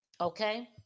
Okay